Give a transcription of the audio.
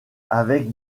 avec